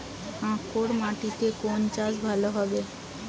কাঁকর মাটিতে কোন চাষ ভালো হবে?